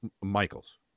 Michaels